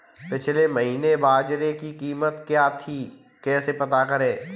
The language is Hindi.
पिछले महीने बाजरे की कीमत क्या थी कैसे पता करें?